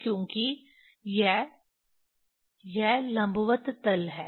क्योंकि यह यह लम्बवत तल है